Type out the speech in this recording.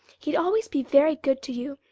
he'd always be very good to you,